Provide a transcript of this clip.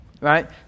Right